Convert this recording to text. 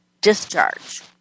discharge